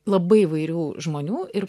labai įvairių žmonių ir